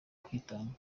kwitanga